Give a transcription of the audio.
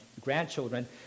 grandchildren